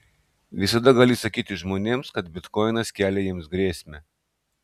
visada gali sakyti žmonėms kad bitkoinas kelia jiems grėsmę